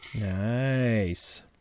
Nice